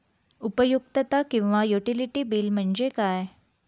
उपयुक्तता किंवा utility bill म्हणजे काय?